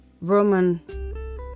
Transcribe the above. Roman